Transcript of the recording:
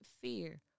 fear